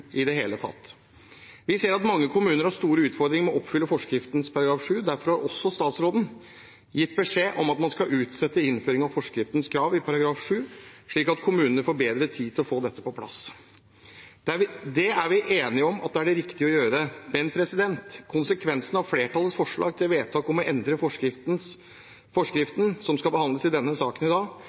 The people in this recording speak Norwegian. i forskriften § 7, i det hele tatt. Vi ser at mange kommuner har store utfordringer med å oppfylle forskriften § 7. Derfor har også statsråden gitt beskjed om at man skal utsette innføring av kravene i forskriften § 7, slik at kommunene får bedre tid til å få dette på plass. Det er vi enige om er det riktige å gjøre. Men konsekvensene av flertallets forslag til vedtak om å endre forskriften, som skal behandles i denne saken i dag,